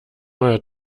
neuer